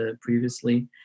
previously